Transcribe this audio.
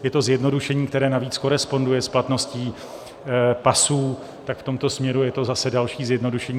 Je to zjednodušení, které navíc koresponduje s platností pasů, tak v tomto směru je to zase další zjednodušení.